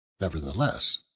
Nevertheless